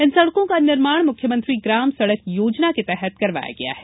इन सड़कों का निर्माण मुख्यमंत्री ग्राम सड़क योजना के तहत करवाया गया है